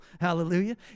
Hallelujah